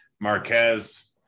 Marquez